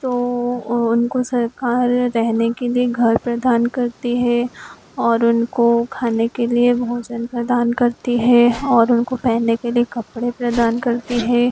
तो ओ उनको सरकार रहने के लिए घर प्रदान करती हैं और उनको खाने के लिए भोजन प्रदान करती है और उनको पहनने के लिए कपड़े प्रदान करती है